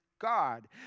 God